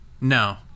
No